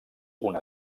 una